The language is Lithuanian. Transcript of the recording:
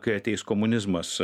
kai ateis komunizmas